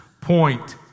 point